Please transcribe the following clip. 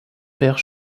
vers